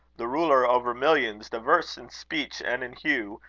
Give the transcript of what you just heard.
the ruler over millions diverse in speech and in hue,